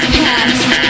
past